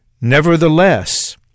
Nevertheless